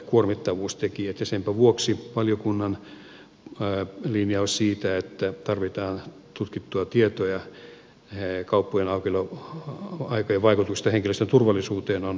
senpä vuoksi valiokunnan linjaus siitä että tarvitaan tutkittua tietoa kauppojen aukioloaikojen vaikutuksesta henkilöstön turvallisuuteen on perusteltu